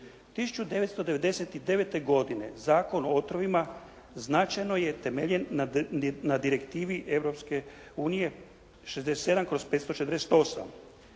1999. godine Zakon o otrovima značajno je temeljen na direktivi Europske